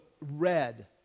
red